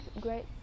great